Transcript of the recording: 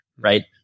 right